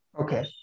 Okay